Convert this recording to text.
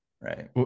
right